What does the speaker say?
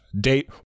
date